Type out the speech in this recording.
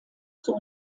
zur